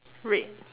red